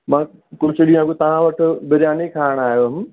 मां कुझु ॾींहं अॻु तव्हां वटि बिरयानी खाइणु आयो हुयमि